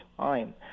time